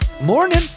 Morning